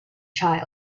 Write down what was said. child